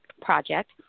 project